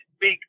big